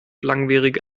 langwierige